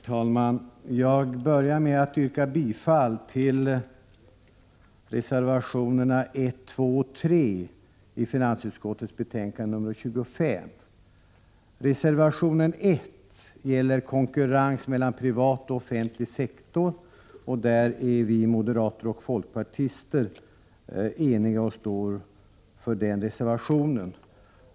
Herr talman! Jag börjar med att yrka bifall till reservationerna 1, 2 och 3 i finansutskottets betänkande nr 25. Reservation 1 gäller konkurrens mellan den privata och offentliga sektorn. Vi moderater är tillsammans med folkpartisterna eniga i denna fråga och står för den reservationen.